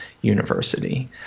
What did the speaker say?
University